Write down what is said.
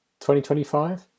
2025